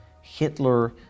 Hitler